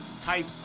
type